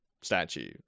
statue